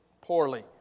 poorly